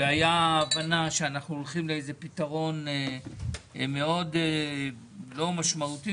הייתה הבנה שאנחנו הולכים לאיזה פתרון מאוד לא משמעותי